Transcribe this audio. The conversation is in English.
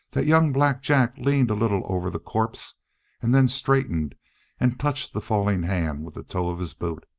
that young black jack leaned a little over the corpse and then straightened and touched the fallen hand with the toe of his boot.